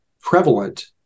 prevalent